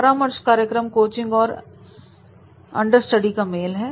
परामर्श कार्यक्रम कोचिंग और अंडरस्टडी का मेल है